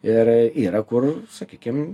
ir yra kur sakykim